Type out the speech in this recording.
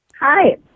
Hi